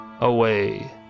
away